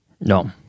No